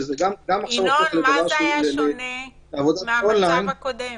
ינון, מה זה היה שונה מהמצב הקודם?